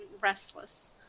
restless